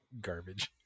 garbage